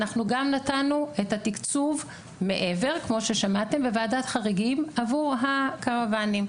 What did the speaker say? אנחנו גם נתנו את התקצוב מעבר כמו ששמעתם בוועדת חריגים עבור הקרוואנים,